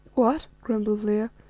what, grumbled leo,